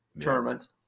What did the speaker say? tournaments